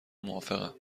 موافقم